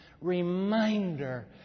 reminder